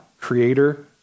creator